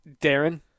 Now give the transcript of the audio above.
Darren